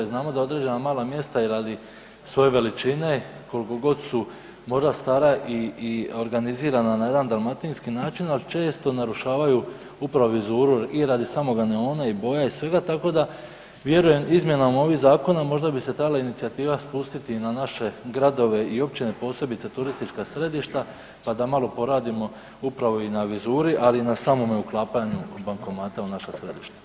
Znamo da određena mala mjesta i radi svoje veličine koliko god su možda stara i organizirana na jedan dalmatinski način ali često narušavaju upravo vizuru i radi samoga neona i boje i svega tako da vjerujem izmjenama ovog zakona možda bi se trebala inicijativa spustiti i na naše gradove i općine, posebice turistička središta pa da malo poradimo upravo i na vizuri ali i na samome uklapanju bankomata u naša središta.